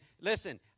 listen